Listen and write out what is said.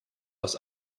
aus